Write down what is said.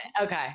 Okay